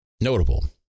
notable